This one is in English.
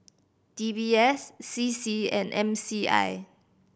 D B S C C and M C I